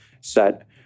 set